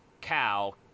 cow